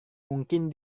mungkin